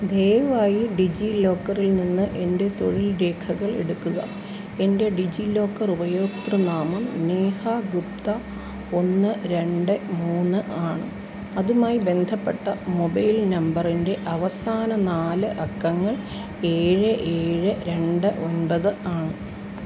ദയവായി ഡിജിലോക്കറിൽ നിന്ന് എൻ്റെ തൊഴിൽ രേഖകൾ എടുക്കുക എൻ്റെ ഡിജിലോക്കർ ഉപയോക്തൃ നാമം നേഹ ഗുപ്ത ഒന്ന് രണ്ട് മൂന്ന് ആണ് അതുമായി ബന്ധപ്പെട്ട മൊബൈൽ നമ്പറിൻ്റെ അവസാന നാല് അക്കങ്ങൾ ഏഴ് ഏഴ് രണ്ട് ഒമ്പത് ആണ്